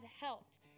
helped